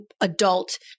adult